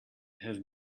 have